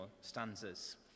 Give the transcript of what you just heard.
stanzas